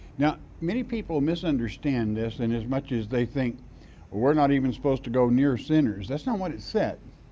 now, many people misunderstand this, and as much as they think we're not even supposed to go near sinners, that's not what it said.